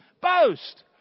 Boast